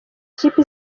kipe